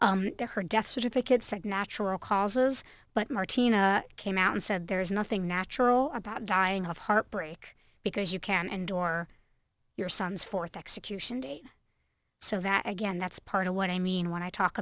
or her death certificate said natural causes but martina came out and said there is nothing natural about dying of heartbreak because you can and or your son's fourth execution date so that again that's part of what i mean when i talk